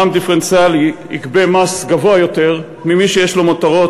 מע"מ דיפרנציאלי יגבה מס גבוה יותר ממי שיש לו למותרות,